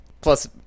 Plus